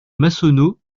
massonneau